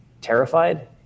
terrified